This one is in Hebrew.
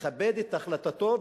לכבד את החלטתו,